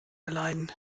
erleiden